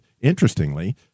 Interestingly